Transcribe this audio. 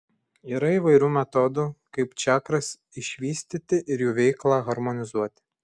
yra įvairių metodų kaip čakras išvystyti ir jų veiklą harmonizuoti